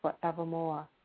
forevermore